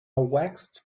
waxed